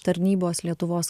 tarnybos lietuvos